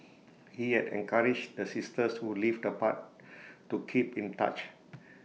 he had encouraged the sisters who lived apart to keep in touch